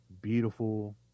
beautiful